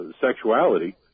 sexuality